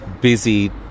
busy